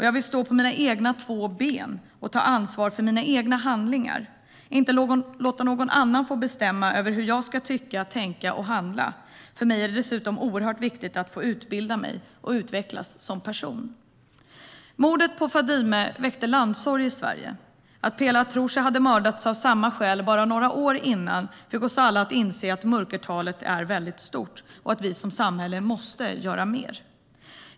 Jag vill stå på mina egna två ben och ta ansvar för mina egna handlingar, inte låta någon annan bestämma över hur jag ska tycka, tänka och handla. För mig är det dessutom oerhört viktigt att få utbilda mig och utvecklas som person. Mordet på Fadime väckte landssorg i Sverige. Att Pela Atroshi hade mördats av samma skäl bara några år innan fick oss alla att inse att mörkertalet är stort och att vi som representanter för samhället måste göra mer.